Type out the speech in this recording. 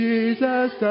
Jesus